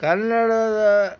ಕನ್ನಡದ